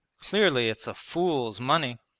clearly it's a fool's money.